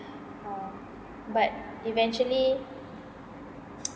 uh but eventually